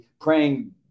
praying